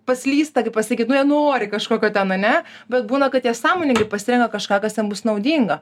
paslysta kaip pasakyt nu jie nori kažkokio ten ane bet būna kad jie sąmoningai pasirenka kažką kas jiem bus naudinga